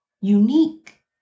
unique